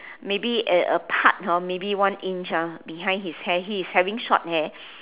maybe a a part hor maybe one inch ah behind his hair he is having short hair